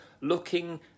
looking